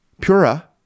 pura